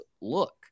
look